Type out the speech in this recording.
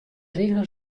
rige